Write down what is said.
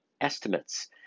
estimates